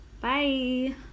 bye